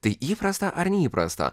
tai įprasta ar neįprasta